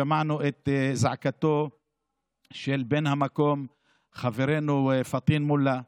שמענו את זעקתו של בן המקום חברנו פטין מולא.